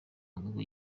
ngo